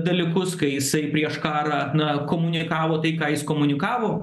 dalykus kai jisai prieš karą na komunikavo tai ką jis komunikavo